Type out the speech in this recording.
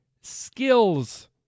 skills